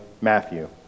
Matthew